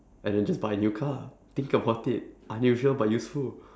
and then just buy a new car ah think about it unusual but useful